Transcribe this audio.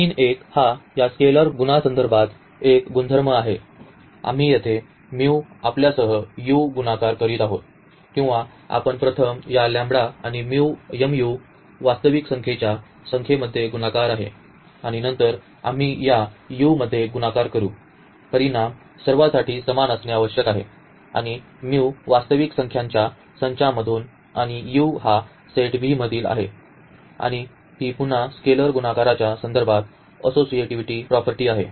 आणखी एक हा या स्केलर गुणासंदर्भात एक गुणधर्म आहे आम्ही येथे आपल्यासह u गुणाकार करीत आहोत किंवा आपण प्रथम या आणि mu वास्तविक संख्येच्या संख्येमध्ये गुणाकार आहे आणि नंतर आम्ही या u मध्ये गुणाकार करू परिणाम सर्वांसाठी समान असणे आवश्यक आहे आणि वास्तविक संख्यांच्या संचामधून आणि u हा सेट V मधील आहे आणि ही पुन्हा स्केलर गुणाकाराच्या संदर्भात असोसिएटिव्हिटी प्रॉपर्टी आहे